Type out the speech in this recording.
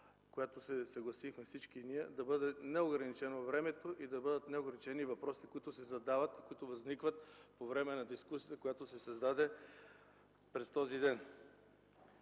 която се съгласихме всички ние – да бъде неограничена във времето и да бъдат неограничени въпросите, които се задават и които възникват по време на дискусията, която се създаде през този ден.